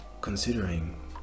considering